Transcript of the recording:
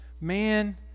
Man